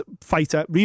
fighter